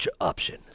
option